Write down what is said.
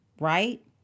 Right